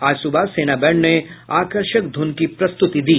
आज सुबह सेना बैंड ने आकर्षक धुन की प्रस्तुति दी